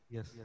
Yes